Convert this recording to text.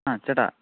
ആ ചേട്ടാ